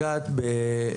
אותו.